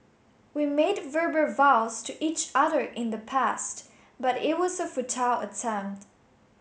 we made verbal vows to each other in the past but it was a futile attempt